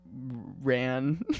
ran